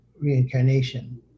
reincarnation